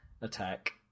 attack